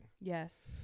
Yes